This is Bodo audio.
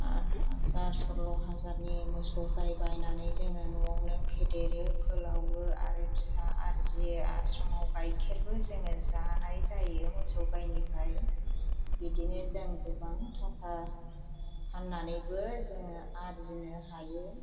आरे हाजार सल्ल' हाजारनि मोसौ गाय बायनानै जोङो न'आवनो फेदेरो फोलावो आरो फिसा आर्जियो आरो समाव गाइखेरबो जोङो जानाय जायो मोसौ गायनिफ्राय बिदिनो जों गोबां थाखा फान्नानैबो जोङो आर्जिनो हायो